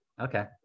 Okay